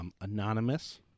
Anonymous